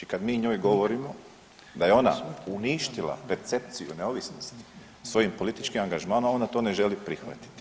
I kada mi njoj govorimo da je ona uništila percepciju neovisnosti svojim političkim angažmanom ona to ne želi prihvatiti.